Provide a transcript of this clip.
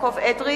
בעד יעקב אדרי,